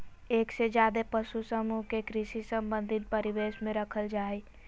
एक से ज्यादे पशु समूह के कृषि संबंधी परिवेश में रखल जा हई